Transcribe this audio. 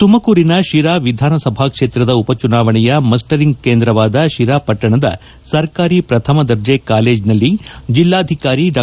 ತುಮಕೂರಿನ ಶಿರಾ ವಿಧಾನಸಭಾ ಕ್ಷೇತ್ರದ ಉಪ ಚುನಾವಣೆಯ ಮಸ್ಲರಿಂಗ್ ಕೇಂದ್ರವಾದ ಶಿರಾ ಪಟ್ನಣದ ಸರ್ಕಾರಿ ಶ್ರಥಮ ದರ್ಜೆ ಕಾಲೇಜನಲ್ಲಿ ಜಿಲ್ಲಾಧಿಕಾರಿ ಡಾ